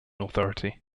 authority